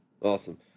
awesome